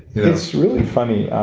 it's really funny.